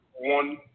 one